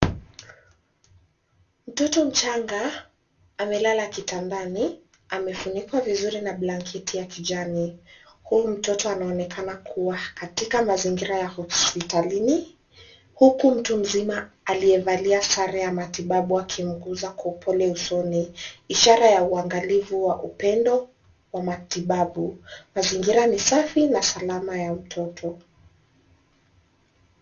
Mtoto mchanga amelala kitandani. Amefunikwa vizuri na blanket ya kijani. Huyu mtoto anaonekana kuwa katika mazingira ya hospitalini huku mtu mzima aliyevalia sare ya matibabu akimguza kwa upole usoni, ishara ya uangalifu wa upendo wa matibabu. Mazingira ni safi na salama ya mtoto.